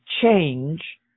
change